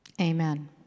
Amen